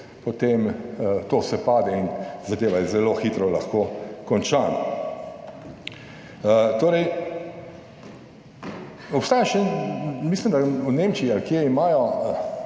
potem to vse pade in zadeva je zelo hitro lahko končana. Torej, obstaja še, mislim, da v Nemčiji ali kje, imajo